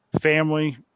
family